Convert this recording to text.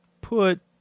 put